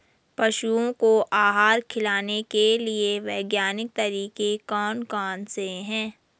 पशुओं को आहार खिलाने के लिए वैज्ञानिक तरीके कौन कौन से हैं?